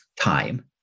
time